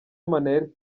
minaert